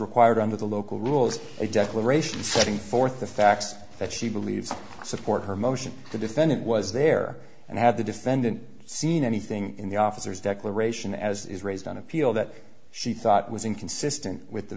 required under the local rules a declaration setting forth the facts that she believes support her motion the defendant was there and have the defendant seen anything in the officers declaration as is raised on appeal that she thought was inconsistent with the